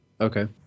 Okay